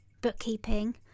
bookkeeping